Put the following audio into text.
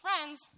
friends